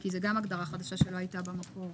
כי זו גם הגדרה חדשה שלא הייתה במקור.